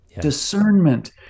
discernment